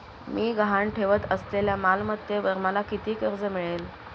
मी गहाण ठेवत असलेल्या मालमत्तेवर मला किती कर्ज मिळेल?